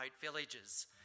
villages